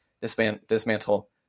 dismantle